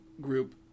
group